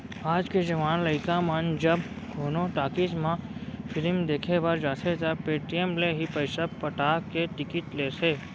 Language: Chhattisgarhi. आज के जवान लइका मन जब कोनो टाकिज म फिलिम देखे बर जाथें त पेटीएम ले ही पइसा पटा के टिकिट लेथें